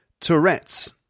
tourettes